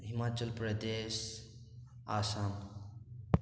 Himachal Pradesh Assam